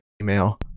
email